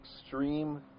extreme